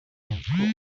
yavugaga